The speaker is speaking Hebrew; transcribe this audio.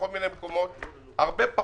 ושוק ההון מקדמים את זה כבר הרבה זמן.